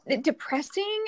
depressing